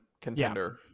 contender